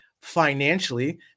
financially